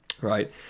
right